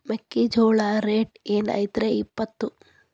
ಮೆಕ್ಕಿಜೋಳ ರೇಟ್ ಏನ್ ಐತ್ರೇ ಇಪ್ಪತ್ತು?